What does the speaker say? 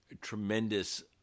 tremendous